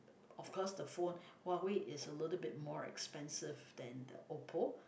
of course the phone Huawei is a little bit more expensive than the Oppo